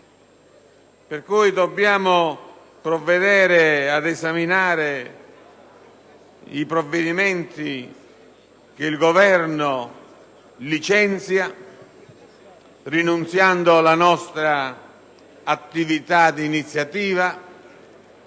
per cui dobbiamo provvedere ad esaminare i provvedimenti che il Governo licenzia, rinunziando alla nostra attività di iniziativa